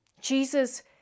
Jesus